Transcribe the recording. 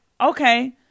okay